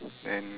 then